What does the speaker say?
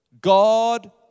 God